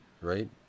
right